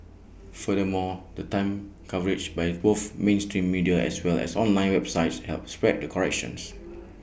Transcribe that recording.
furthermore the timely coverage by both mainstream media as well as online websites help spread the corrections